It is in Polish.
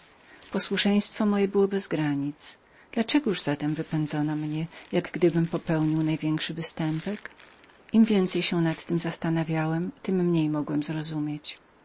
posłuszeństwo moje było bez granic dla czegoż zatem wypędzono mnie jak gdybym popełnił największą winę im więcej się nad tem zastanawiałem tem mniej mogłem zrozumieć